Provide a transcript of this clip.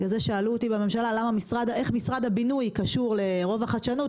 שאלו אותי בממשלה איך משרד הבינוי קשור לרובע חדשנות,